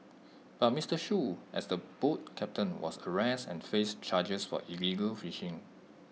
but Mister Shoo as the boat captain was arrested and faced charges for illegal fishing